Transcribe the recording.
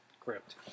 crypt